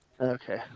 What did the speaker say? Okay